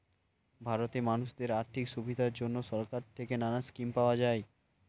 ভারতে মানুষদের আর্থিক সুবিধার জন্যে সরকার থেকে নানা স্কিম পাওয়া যায়